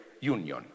Union